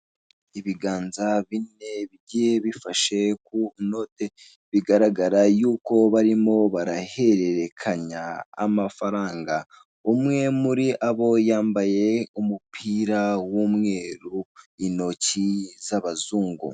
Ibiganza bine bigiye bifashe ku noti bigaragara yuko barimo barahererekanya amafaranga, umwe muri abo yambaye umupira w'umweru, intoki z'abazungu.